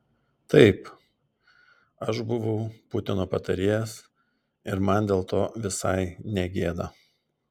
taip aš buvau putino patarėjas ir man dėl to visai ne gėda